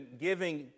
giving